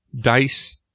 dice